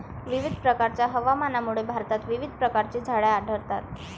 विविध प्रकारच्या हवामानामुळे भारतात विविध प्रकारची झाडे आढळतात